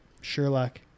Sherlock